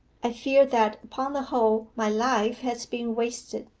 i fear that upon the whole my life has been wasted.